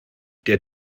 der